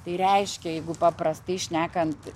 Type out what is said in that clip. tai reiškia jeigu paprastai šnekant